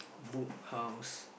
Book House